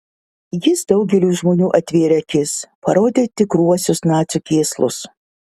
jis daugeliui žmonių atvėrė akis parodė tikruosius nacių kėslus